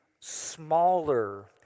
smaller